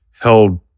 held